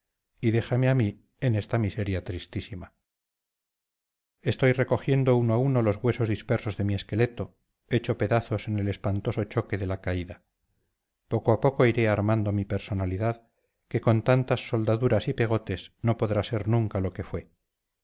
y déjame a mí en esta miseria tristísima estoy recogiendo uno a uno los huesos dispersos de mi esqueleto hecho pedazos en el espantoso choque de la caída poco a poco iré armando mi personalidad que con tantas soldaduras y pegotes no podrá ser nunca lo que fue